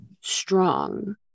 strong